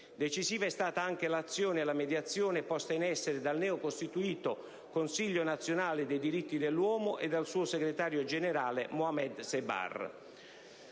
Decisiva è stata anche l'azione di mediazione posta in essere dal neocostituito Consiglio nazionale dei diritti dell'uomo e dal suo segretario generale, Mohamed Sebbar.